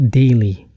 daily